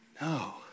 No